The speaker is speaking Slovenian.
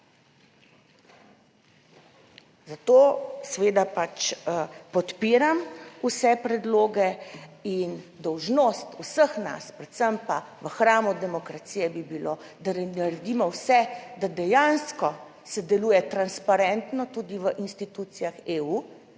zato seveda pač podpiram vse predloge. Dolžnost vseh nas, predvsem pa v hramu demokracije bi bilo, da naredimo vse, da dejansko se deluje transparentno tudi v institucijah EU,